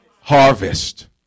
harvest